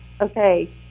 Okay